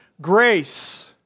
grace